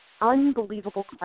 unbelievable